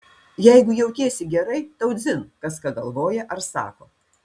jeigu jautiesi gerai tau dzin kas ką galvoja ar sako